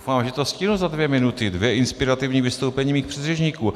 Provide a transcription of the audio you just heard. Doufám, že to stihnu za dvě minuty, dvě inspirativní vystoupení mých předřečníků.